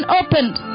opened